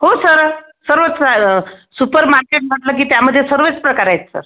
हो सर सर्वच सुपरमार्केट म्हटलं की त्यामध्ये सर्वच प्रकार आहेत सर